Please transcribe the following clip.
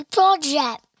Project